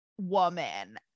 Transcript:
woman